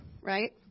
right